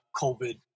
COVID